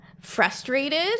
frustrated